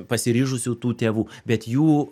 pasiryžusių tų tėvų bet jų